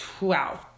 wow